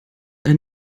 ein